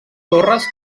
terres